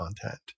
content